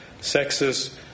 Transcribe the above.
sexist